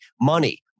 money